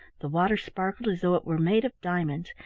the water sparkled as though it were made of diamonds,